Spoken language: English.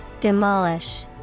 Demolish